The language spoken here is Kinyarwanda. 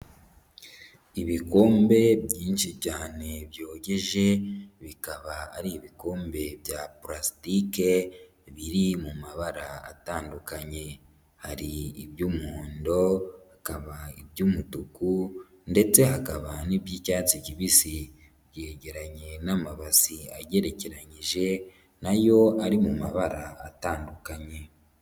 Ibikombe byinshi cyane byogeje, bikaba ari ibikombe bya pulasitike biri mu mabara atandukanye; hari iby'umuhondo, hakaba iby'umutuku ndetse hakaba n'iby'icyatsi kibisi. Yegeranye n'amabati agerekeranyije n'ayo ari mu mabara atandukanye.